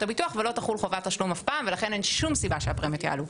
הביטוח ולא תחול חובת תשלום אף פעם ולכן אין שום סיבה שהפרמיות יעלו.